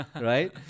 right